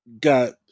got